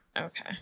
Okay